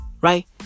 Right